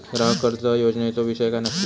ग्राहक कर्ज योजनेचो विषय काय नक्की?